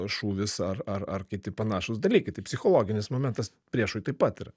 šūvis ar ar kiti panašūs dalykai tai psichologinis momentas priešui taip pat yra